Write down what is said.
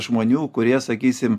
žmonių kurie sakysim